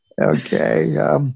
Okay